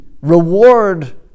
reward